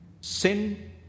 sin